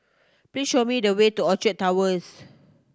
please show me the way to Orchard Towers